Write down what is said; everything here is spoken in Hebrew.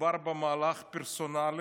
מדובר במהלך פרסונלי